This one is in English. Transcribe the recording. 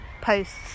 posts